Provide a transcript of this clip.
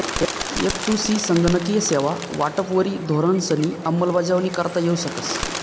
एफ.टु.सी संगणकीय सेवा वाटपवरी धोरणंसनी अंमलबजावणी करता येऊ शकस